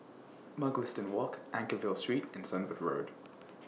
Mugliston Walk Anchorvale Street and Sunbird Road